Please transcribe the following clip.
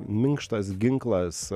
minkštas ginklas